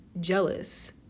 jealous